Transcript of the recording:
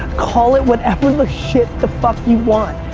call it whatever the shit, the fuck you want.